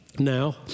Now